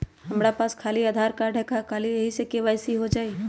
हमरा पास खाली आधार कार्ड है, का ख़ाली यही से के.वाई.सी हो जाइ?